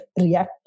react